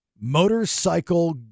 motorcycle